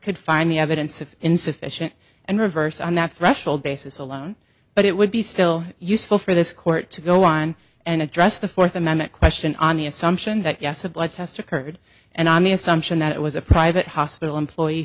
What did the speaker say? could find the evidence of insufficient and reverse on that threshold basis alone but it would be still useful for this court to go on and address the fourth amendment question on the assumption that yes a blood test occurred and i'm the assumption that it was a private hospital employee